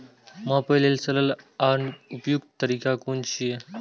मापे लेल सरल आर उपयुक्त तरीका कुन छै?